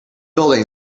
building